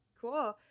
cool